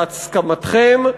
בהסכמתכם,